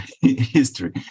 history